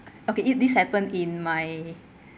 okay it this happen in my